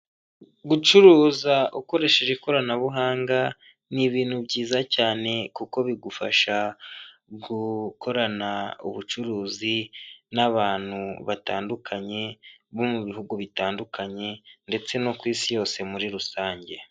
Gucuruza ukoresheje ikoranabuhanga ni ibintu byiza cyane kuko bigufasha gukorana ubucuruzi n'abantu batandukanye, bo mu bihugu bitandukanye ndetse no ku isi yose muri rusange.